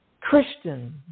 Christian